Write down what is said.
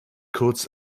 kurz